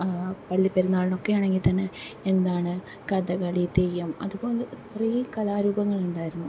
പള്ളിപ്പെരുന്നാളിനൊക്കെയാണെങ്കിൽ തന്നെ എന്താണ് കഥകളി തെയ്യം അതുപോലെ കുറെ കലാരൂപങ്ങളുണ്ടായിരുന്നു